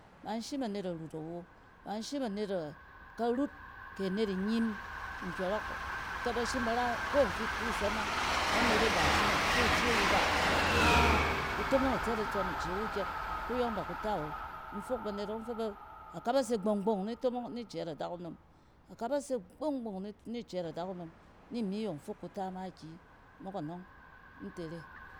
Ba inshim anet arut awo. Ba inshim anet karut ke anet nnyim nkyↄrↄk kɛ ba shim bar a ko in fi kus ana, nɛ anet e ba shim di te ce wu ba ma kutomong itsɛt itsↄm ice wu kyɛk kuyↄng ba ku ta wo. In fok banet ↄng fɛ ba aka base gbↄng-gbↄng ni tomong, ka base gbↄng-gbↄng ni tomong, ni cɛɛt adakunom ni mi yong fok kuta ma kiyi mok anↄng in tere